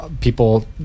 people